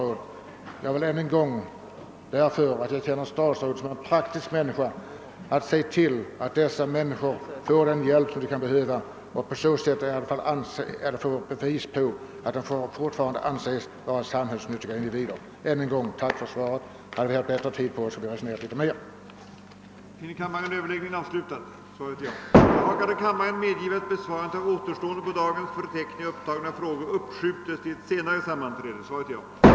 Eftersom jag känner jordbruksministern som en praktisk man vill jag vädja till honom att se till att de människor det här gäller får den hjälp de behöver och därigenom bevis på att de fortfarande anses som samhällsnyttiga individer. Herr talman! Om vi hade haft mera tid, skulle vi ha diskuterat dessa frågor litet mera ingående. Jag slutar nu med att än en gång tacka för svaret.